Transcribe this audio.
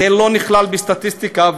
זה לא נכלל בסטטיסטיקה,